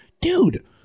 dude